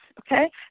okay